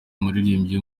umuririmbyi